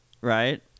right